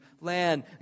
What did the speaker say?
land